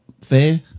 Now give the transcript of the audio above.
fair